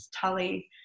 Tully